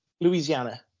Louisiana